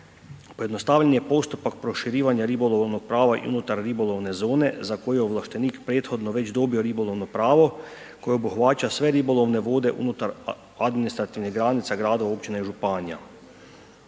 pojednostavljen nje postupak proširivanja ribolovnog prava i unutar ribolovne zone za koju je ovlaštenik prethodno već dobio ribolovno pravo koje obuhvaća sve ribolovne vode unutar administrativnih granica, grada, općine i županija.